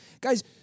Guys